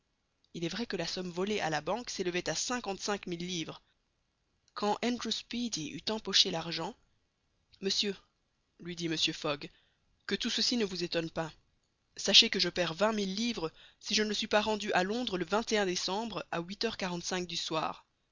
il est vrai que la somme volée à la banque s'élevait à cinquante-cinq mille livres quand andrew speedy eut empoché l'argent monsieur lui dit mr fogg que tout ceci ne vous étonne pas sachez que je perds vingt mille livres si je ne suis pas rendu à londres le décembre à huit heures quarante-cinq du soir